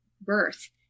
birth